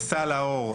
סל האור,